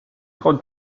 იყო